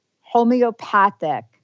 homeopathic